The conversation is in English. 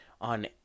on